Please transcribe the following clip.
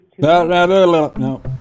no